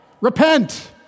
Repent